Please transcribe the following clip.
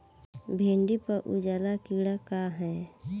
भिंडी पर उजला कीड़ा का है?